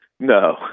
No